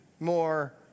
more